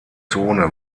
zone